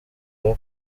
aba